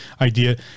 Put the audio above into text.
idea